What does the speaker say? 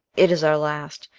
it is our last.